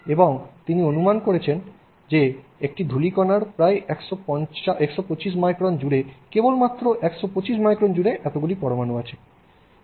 এবং তিনি অনুমান করেছেন যে একটি ধূলিকণার প্রায় 125 মাইক্রন জুড়ে কেবল 125 মাইক্রন জুড়ে এতগুলি পরমাণু রয়েছে